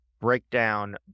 breakdown